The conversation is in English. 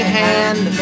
hand